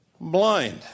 blind